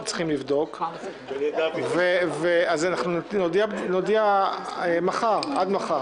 אנחנו צריכים לבדוק ונודיע עד מחר.